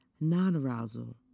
non-arousal